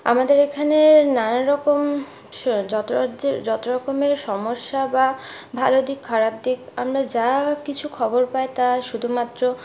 আমাদের এখানে নানানরকম যত রাজ্যের যত রকমের সমস্যা বা ভালো দিক খারাপ দিক আমরা যা কিছু খবর পাই তা শুধুমাত্র